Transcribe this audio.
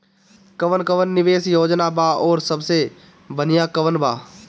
कवन कवन निवेस योजना बा और सबसे बनिहा कवन बा?